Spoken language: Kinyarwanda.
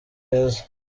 heza